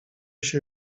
się